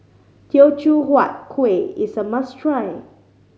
Teochew Huat Kuih is a must try